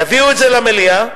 יביאו את זה למליאה,